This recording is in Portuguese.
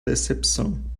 decepção